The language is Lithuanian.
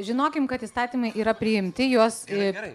žinokim kad įstatymai yra priimti juos ir